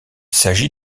s’agit